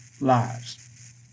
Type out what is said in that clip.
lives